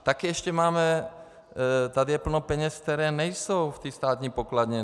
Také ještě máme tady je plno peněz, které nejsou ve státní pokladně.